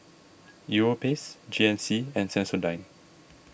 Europace G N C and Sensodyne